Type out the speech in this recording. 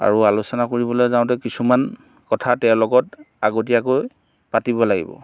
আৰু আলোচনা কৰিবলৈ যাওঁতে কিছুমান কথা তেওঁৰ লগত আগতীয়াকৈ পাতিব লাগিব